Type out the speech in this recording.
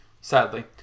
Sadly